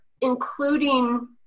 including